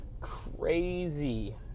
crazy